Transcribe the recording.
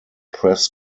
press